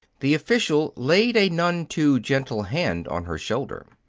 the official laid a none too gentle hand on her shoulder.